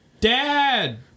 dad